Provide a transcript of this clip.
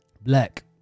Black